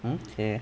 um okay